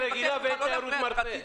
לא רגילה ולא מרפא.